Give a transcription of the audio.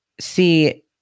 see